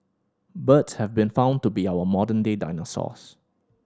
birds have been found to be our modern day dinosaurs